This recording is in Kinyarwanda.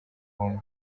umwe